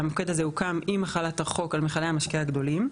שהמוקד הזה הוקם עם החלת החוק על מכלי המשקה הגדולים.